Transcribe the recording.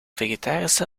vegetarische